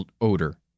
odor